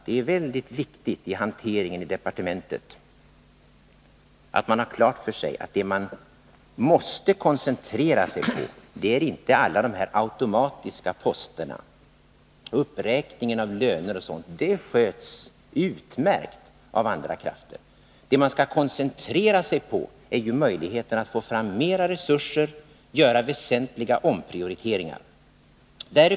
Det är väldigt viktigt vid hanteringen i departementet att man har klart för sig att det man måste koncentrera sig på är inte alla de här automatiska posterna, uppräkningen av löner och sådant. Det sköts utmärkt av andra krafter. Det man skall koncentrera sig på är ju möjligheten att få fram mera resurser, att göra väsentliga omprioriteringar.